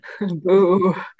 Boo